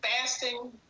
fasting